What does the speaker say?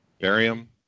barium